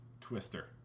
Twister